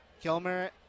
Kilmer